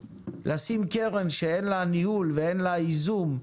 לשים קרן שאין לה ניהול ואין לה ייזום,